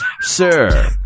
Sir